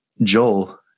joel